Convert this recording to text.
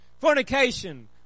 fornication